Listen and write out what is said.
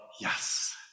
Yes